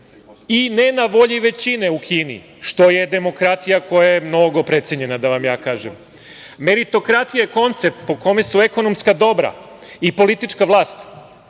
i ne na volji većine u Kini, što je demokratija koja je mnogo precenjena, da vam ja kažem. Meritokratija je koncept po kome su ekonomska dobra i politička vlast